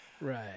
Right